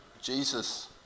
Jesus